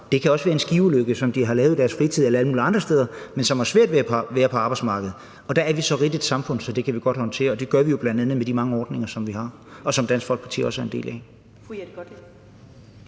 det kan også være en skiulykke, som de har været i i deres fritid, eller noget, der er sket alle mulige andre steder. De kan have svært ved at være på arbejdsmarkedet, og der er vi så rigt et samfund, at det kan vi godt håndtere, og det gør vi jo bl.a. med de mange ordninger, som vi har, og som Dansk Folkeparti også er en del af.